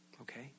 Okay